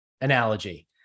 analogy